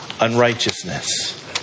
unrighteousness